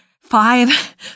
five